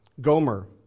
Gomer